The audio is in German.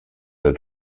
der